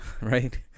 right